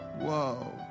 Whoa